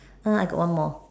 !huh! I got one more